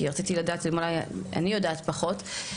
כי רציתי לדעת אולי אני יודעת פחות,